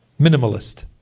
Minimalist